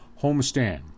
homestand